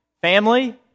family